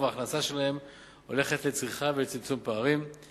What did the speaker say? ההכנסה שלהן הולכת לצריכה ולצמצום פערים.